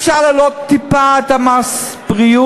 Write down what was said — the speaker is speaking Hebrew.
אפשר להעלות טיפה את מס הבריאות,